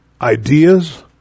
ideas